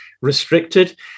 restricted